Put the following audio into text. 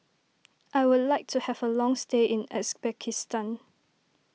I would like to have a long stay in Uzbekistan